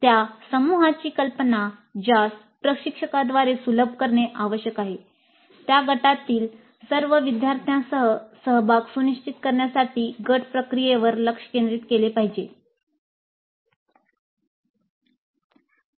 त्या समूहाची कल्पना ज्यास प्रशिक्षकाद्वारे सुलभ करणे आवश्यक आहे त्या गटामधील सर्व विद्यार्थ्यांसह सहभाग सुनिश्चित करण्यासाठी गट प्रक्रियेवर लक्ष केंद्रित केले आहे